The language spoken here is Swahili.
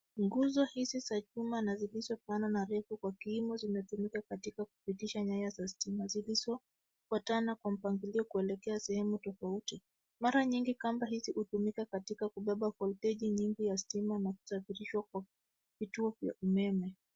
Nguzo hizi za chuma na zilizo pana na refu kwa kimo zimetumika katika kupitisha nyaya za stima zilizofuatana kwa mpangilio kuelekea sehemu tofauti. Mara nyingi kamba hizi hutumika katika kubeba voltage nyingi ya stima na kusafirishwa kwa vituo vya umeme.